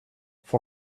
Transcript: for